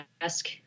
ask